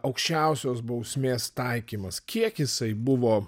aukščiausios bausmės taikymas kiek jisai buvo